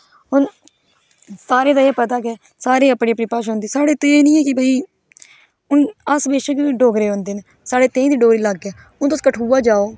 हून सारें गी एह् पता कि सारे अपनी अपनी भाशा होंदी साढ़े एह् नेईं ऐ कि हून अस किश बी डोगरे बंदे ना साढ़े डोगरी लाके ऐ हून तुस कठुआ जाओ